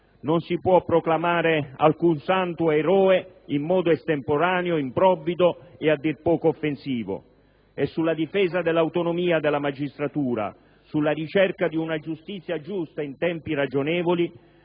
Non si può proclamare alcun santo eroe in modo estemporaneo, improvvido e a dir poco offensivo. E sulla difesa dell'autonomia della magistratura, sulla ricerca di una giustizia giusta in tempi ragionevoli,